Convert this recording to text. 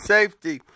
Safety